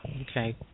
Okay